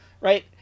right